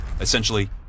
Essentially